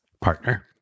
partner